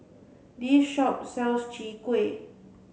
this shop sells Chwee Kueh